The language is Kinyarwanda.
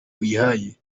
uyihaye